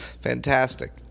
Fantastic